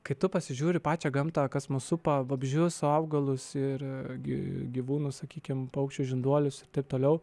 kai tu pasižiūri į pačią gamtą kas mus supa vabzdžius augalus ir gi gyvūnus sakykim paukščius žinduolius ir taip toliau